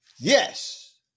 Yes